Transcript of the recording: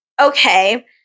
okay